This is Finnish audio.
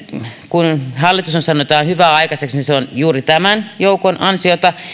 kun hallitus on saanut jotain hyvää aikaiseksi se on juuri tämän joukon ansiota ja